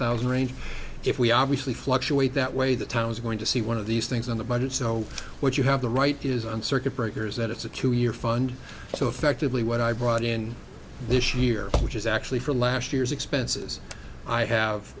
thousand range if we obviously fluctuate that way the town is going to see one of these things on the budget so what you have the right is on circuit breakers that it's a two year fund so effectively what i brought in this year which is actually for last year's expenses i have